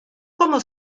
como